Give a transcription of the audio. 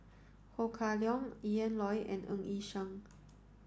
Ho Kah Leong Ian Loy and Ng Yi Sheng